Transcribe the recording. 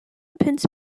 punt